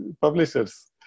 publishers